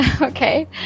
Okay